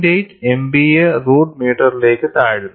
8 MPa root മീറ്ററിലേക്ക് താഴുന്നു